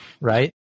right